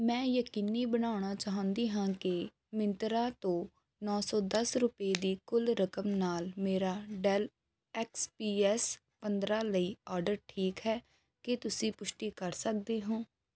ਮੈਂ ਯਕੀਨੀ ਬਣਾਉਣਾ ਚਾਹੁੰਦੀ ਹਾਂ ਕਿ ਮਿੰਤਰਾ ਤੋਂ ਨੌ ਸੌ ਦਸ ਰੁਪਏ ਦੀ ਕੁੱਲ ਰਕਮ ਨਾਲ ਮੇਰਾ ਡੈੱਲ ਐਕਸ ਪੀ ਐੱਸ ਪੰਦਰ੍ਹਾਂ ਲਈ ਆਰਡਰ ਠੀਕ ਹੈ ਕੀ ਤੁਸੀਂ ਪੁਸ਼ਟੀ ਕਰ ਸਕਦੇ ਹੋ